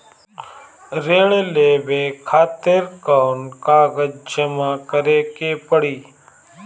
ऋण लेवे खातिर कौन कागज जमा करे के पड़ी?